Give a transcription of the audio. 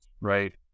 right